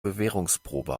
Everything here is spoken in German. bewährungsprobe